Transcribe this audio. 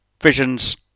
Vision's